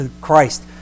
Christ